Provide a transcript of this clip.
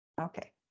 Okay